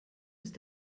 ist